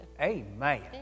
amen